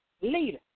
leader